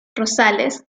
rosales